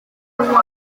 ngo